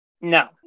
No